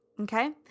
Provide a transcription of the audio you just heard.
okay